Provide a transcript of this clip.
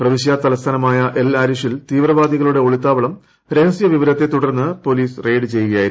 പ്രവിശ്യാ തലസ്ഥാനമായ എൽ ആരിഷിൽ തീവ്രവാദികളുടെ ഒളിത്താവളം രഹസ്യവിവരത്തെ തുടർന്ന് പൊലീസ് റെയ്ഡ് ചെയ്യുകയായിരുന്നു